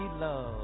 love